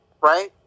Right